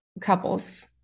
couples